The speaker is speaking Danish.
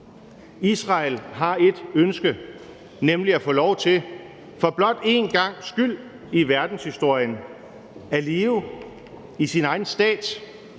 Israel har ét ønske, nemlig at få lov til for blot en gangs skyld i verdenshistorien at leve i sin egen stat